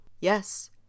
Yes